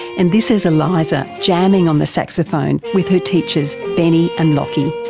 and this is eliza jamming on the saxophone with her teachers benny and lachie.